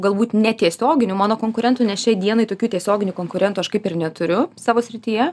galbūt netiesioginių mano konkurentų nes šiai dienai tokių tiesioginių konkurentų aš kaip ir neturiu savo srityje